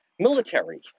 Military